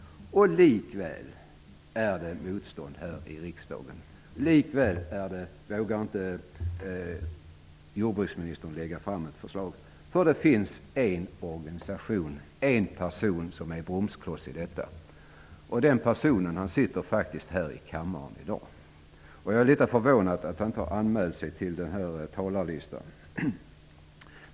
Likväl finns det motstånd i riksdagen. Likväl vågar jordbruksministern inte lägga fram ett förslag. Det finns en organisation, en person, som är bromskloss. Den personen sitter här i kammaren i dag. Jag är litet förvånad att han inte har anmält sig till talarlistan.